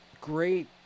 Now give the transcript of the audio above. Great